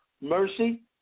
mercy